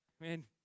Man